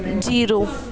zero